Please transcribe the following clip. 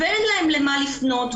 ואין להן למה לפנות,